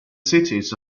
cities